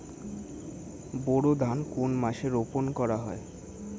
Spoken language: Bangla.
বোরো ধান কোন মাসে রোপণ করা হয়?